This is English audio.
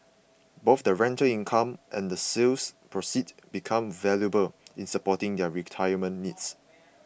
both the rental income and the sale proceeds become valuable in supporting their retirement needs